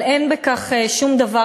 אבל אין בכך שום דבר,